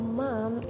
mom